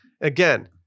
Again